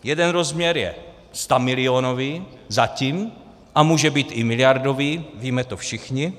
Jeden rozměr je stamilionový, zatím, a může být i miliardový, víme to všichni.